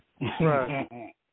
Right